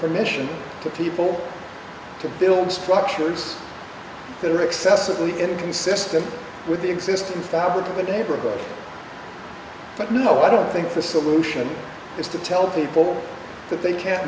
permission for people to build structures that are excessively inconsistent with the existing fabric of the gayborhood but no i don't think the solution is to tell people that they can